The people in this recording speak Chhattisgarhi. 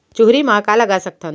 चुहरी म का लगा सकथन?